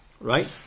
Right